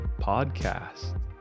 podcast